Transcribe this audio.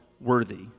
worthy